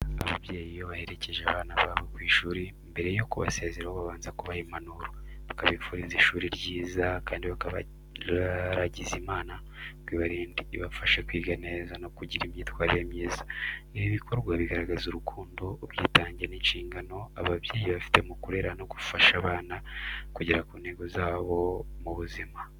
Ababyeyi iyo baherekeje abana babo ku ishuri, mbere yo kubasezeraho babanza kubaha impanuro, bakabifuriza ishuri ryiza kandi bakabaragiza Imana ngo ibarinde, ibafashe kwiga neza no kugira imyitwarire myiza. Ibi bikorwa bigaragaza urukundo, ubwitange n’inshingano ababyeyi bafite mu kurera no gufasha abana kugera ku ntego zabo mu buzima.